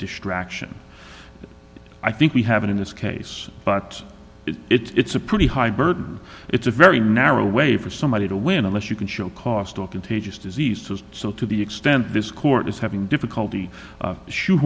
distraction i think we have it in this case but it's a pretty high burden it's a very narrow way for somebody to win unless you can show cost or contagious diseases so to the extent this court is having difficulty